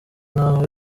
n’aho